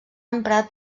emprat